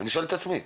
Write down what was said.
אני שואל את עצמי.